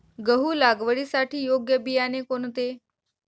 गहू लागवडीसाठी योग्य बियाणे कोणते?